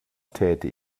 täte